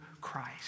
Christ